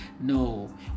no